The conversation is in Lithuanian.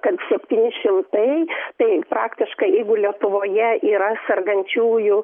kad septyni šimtai tai praktiškai jeigu lietuvoje yra sergančiųjų